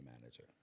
manager